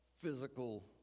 physical